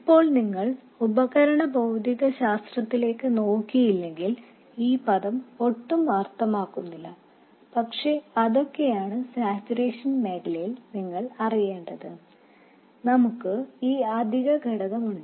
ഇപ്പോൾ നിങ്ങൾ ഉപകരണ ഭൌതികശാസ്ത്രത്തിലേക്ക് നോക്കിയില്ലെങ്കിൽ ഈ പദം ഒട്ടും അർത്ഥമാക്കുന്നില്ല പക്ഷേ അതൊക്കെയാണ് സാച്ചുറേഷൻ മേഖലയിൽ നിങ്ങൾ അറിയേണ്ടത് നമുക്ക് ഈ അധിക ഘടകം ഉണ്ട്